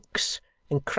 and looks,